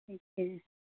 ठीक है